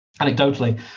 anecdotally